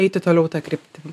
eiti toliau ta kryptim